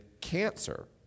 cancer